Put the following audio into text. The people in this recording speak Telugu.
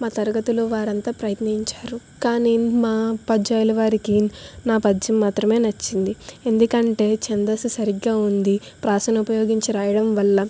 మా తరగతిలో వారంతా ప్రయత్నించారు కానీ మా ఉపాధ్యాయులు వారికి నా పద్యం మాత్రమే నచ్చింది ఎందుకంటే చందస్సు సరిగ్గా ఉంది ప్రాసను ఉపయోగించే రాయడం వల్ల